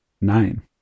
nine